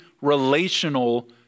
relational